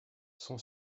son